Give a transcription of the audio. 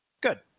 Good